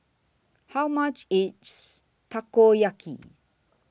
How much IS Takoyaki